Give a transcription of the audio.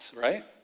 right